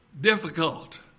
difficult